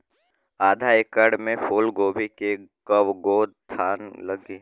आधा एकड़ में फूलगोभी के कव गो थान लागी?